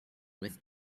with